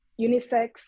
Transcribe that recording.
unisex